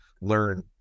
learn